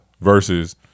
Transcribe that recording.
versus